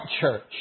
church